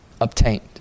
obtained